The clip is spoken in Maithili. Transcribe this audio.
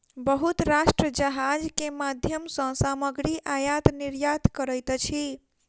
बहुत राष्ट्र जहाज के माध्यम सॅ सामग्री आयत निर्यात करैत अछि